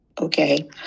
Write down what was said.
Okay